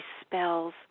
spells